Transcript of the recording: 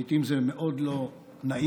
לעיתים זה מאוד לא נעים